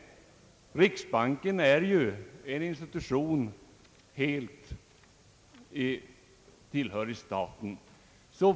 Riksbanken är ju en institution helt tillhörig staten.